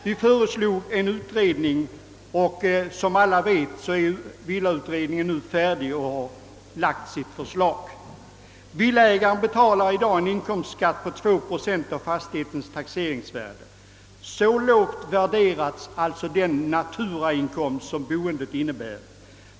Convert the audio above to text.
Vi föreslog en utredning, och som alla vet är villautredningen nu färdig och har lagt fram sitt förslag. Villaägarna betalar i dag en inkomstskatt på 2 procent av fastighetens taxeringsvärde, Så lågt värderas alltså den naturainkomst som boendet innebär.